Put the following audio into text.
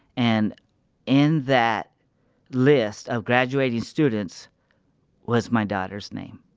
and in that list of graduating students was my daughter's name.